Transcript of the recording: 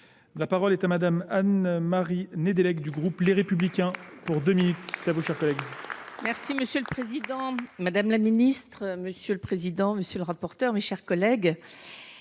La parole est à madame Anne-Marie Nedelec du groupe Les Républicains, pour deux minutes. C'est à vous, cher collègue. Merci Monsieur le Président, Madame la Ministre, Monsieur le Président, Monsieur le rapporteur, mes chers collègues.